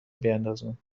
بیندازند